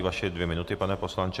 Vaše dvě minuty, pane poslanče.